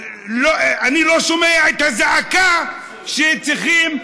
אני לא שומע את הזעקה שצריכים לשמוע.